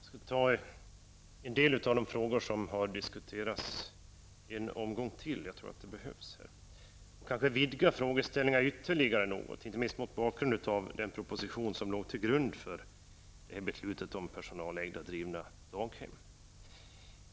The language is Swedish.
Herr talman! Jag tackar för svaret. Jag skall på nytt ta upp en del av de frågor som har diskuterats, eftersom jag tror att det behövs. Det är kanske lämpligt att ytterligare vidga frågeställningarna, inte minst mot bakgrund av den proposition som låg till grund för beslutet om personalägda och personaldrivna daghem.